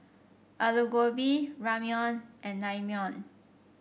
Alu Gobi Ramyeon and Naengmyeon